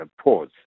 pause